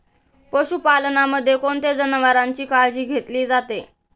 पशुपालनामध्ये कोणत्या जनावरांची काळजी घेतली जाते?